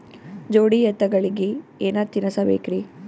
ಜೋಡಿ ಎತ್ತಗಳಿಗಿ ಏನ ತಿನಸಬೇಕ್ರಿ?